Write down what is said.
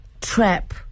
trap